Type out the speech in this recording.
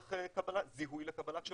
לצורך זיהוי לקבלת שירותים.